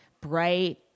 bright